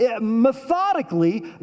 methodically